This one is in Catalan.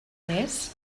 més